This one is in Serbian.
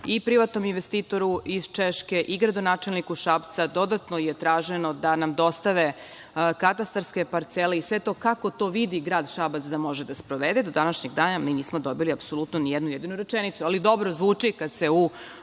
i privatnom investitoru iz Češke i gradonačelniku Šapca. Dodatno je traženo da nam dostave katastarske parcele i sve kako to vidi grad Šabac da može da sprovede. Do današnjeg dana mi nismo dobili apsolutno ni jednu jedinu rečenicu. Ali, dobro zvuči kada u